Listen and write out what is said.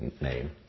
name